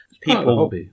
people